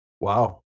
Wow